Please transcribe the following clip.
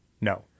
no